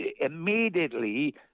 immediately